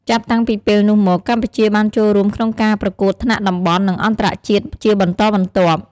ចាប់តាំងពីពេលនោះមក កម្ពុជាបានចូលរួមក្នុងការប្រកួតថ្នាក់តំបន់ និងអន្តរជាតិជាបន្តបន្ទាប់។